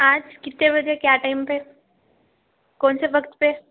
آج کتنے بجے کیا ٹائم پہ کون سے وقت پہ